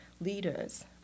leaders